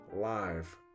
live